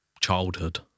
childhood